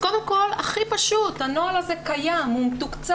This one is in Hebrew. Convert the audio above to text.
קודם כל, הכי פשוט, הנוהל הזה קיים, הוא מתוקצב.